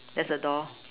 just a door